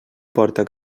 porta